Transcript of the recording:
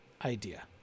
idea